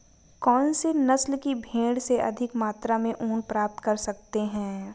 कौनसी नस्ल की भेड़ से अधिक मात्रा में ऊन प्राप्त कर सकते हैं?